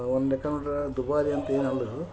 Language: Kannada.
ಒಂದು ಲೆಕ್ಕ ನೋಡಿದ್ರೆ ದುಬಾರಿ ಅಂತ ಏನು ಅಂದರೂ